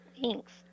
Thanks